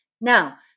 now